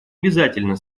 обязательно